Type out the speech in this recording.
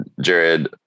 Jared